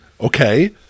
okay